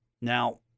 Now